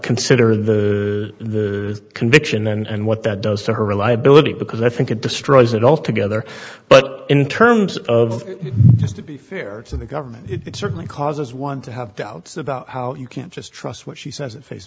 consider the conviction and what that does to her reliability because i think it destroys it altogether but in terms of just to be fair to the government it certainly causes one to have doubts about how you can't just trust what she says at face